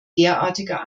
derartiger